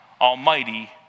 Almighty